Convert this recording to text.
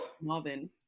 Marvin